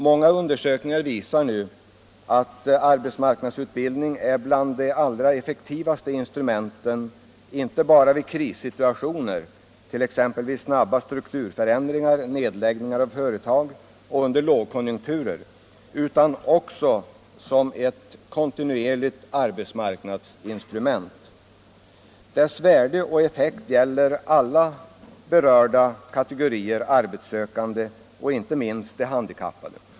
Många undersökningar visar nu att AMU-utbildning är bland de allra effektivaste instrumenten inte bara i krissituationer, t.ex. vid snabba strukturförändringar, vid nedläggningar av företag och under lågkonjunkturer, utan också som ett kontinuerligt arbetsmarknadsinstrument. Dess värde och effekt gäller alla berörda kategorier arbetssökande, inte minst de handikappade.